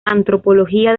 antropología